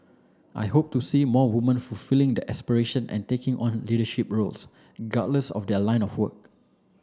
I hope to see more woman fulfilling their aspiration and taking on leadership roles regardless of their line of work